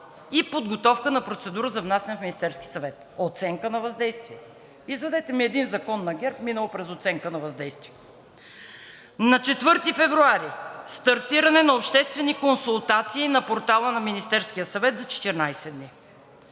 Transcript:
и подготовка на процедура за внасяне в Министерския съвет. Оценка на въздействие. Извадете ми един закон на ГЕРБ, минал през оценка на въздействие! На 4 февруари стартиране на обществени консултации на портала на Министерския съвет за 14 дни.